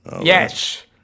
Yes